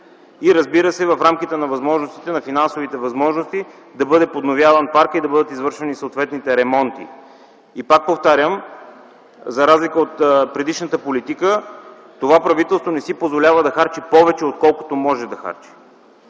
и, разбира се, в рамките на финансовите възможности да бъде подновяван паркът й и да бъдат извършвани съответните ремонти. И пак повтарям, за разлика от предишната политика, това правителство не си позволява да харчи повече, отколкото може да харчи,